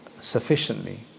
sufficiently